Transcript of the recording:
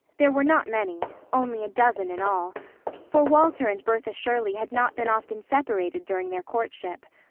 there were not many only a dozen in all for walter and bertha shirley had not been often separated during their courtship.